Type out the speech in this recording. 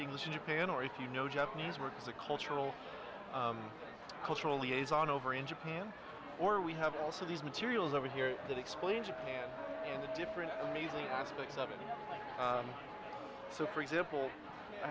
english in japan or if you know japanese work as a cultural culturally is on over in japan or we have also these materials over here that explain japan and the different amazing aspects of it so for example i